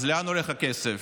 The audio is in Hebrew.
אז לאן הולך הכסף?